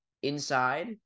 inside